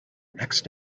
next